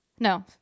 No